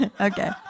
okay